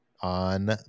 on